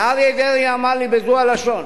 ואריה דרעי אמר לי בזו הלשון,